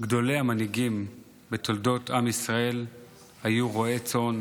גדולי המנהיגים בתולדות עם ישראל היו רועי צאן,